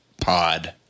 pod